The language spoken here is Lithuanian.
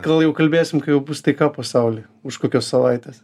gal jau kalbėsim kai jau bus taika pasauly už kokios savaitės